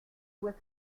with